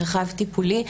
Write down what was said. מרחב טיפולי,